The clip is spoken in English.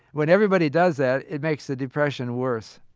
when everybody does that, it makes the depression worse